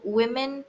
women